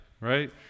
right